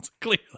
Clearly